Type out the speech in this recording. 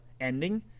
ending